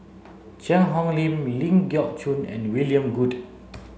Cheang Hong Lim Ling Geok Choon and William Goode